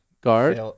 guard